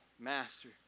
Master